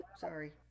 Sorry